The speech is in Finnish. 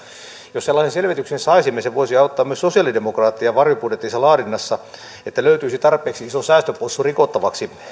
jos sellaisen selvityksen saisimme se voisi auttaa myös sosialidemokraatteja varjobudjettinsa laadinnassa että löytyisi tarpeeksi iso säästöpossu rikottavaksi